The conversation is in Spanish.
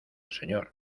señor